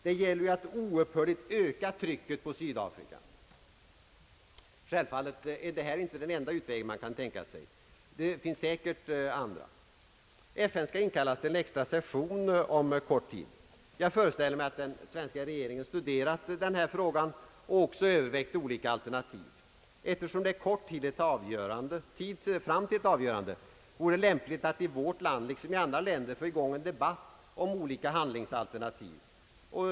Det gäller ju att oupphörligt öka trycket på Sydafrika. Självfallet är detta inte den enda utväg som man kan tänka sig. Det finns säkert andra. FN skall inkallas till en extra session om kort tid. Jag föreställer mig, att den svenska regeringen har studerat denna fråga och även övervägt olika alternativ. Eftersom det är kort tid till ett avgörande, vore det lämpligt att i vårt land liksom i andra länder få i gång en debatt om olika handlingsalternativ.